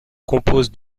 compose